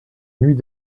nuit